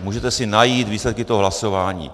Můžete si najít výsledky toho hlasování.